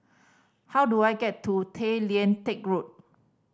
how do I get to Tay Lian Teck Road